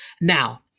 now